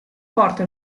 porta